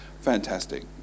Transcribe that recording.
Fantastic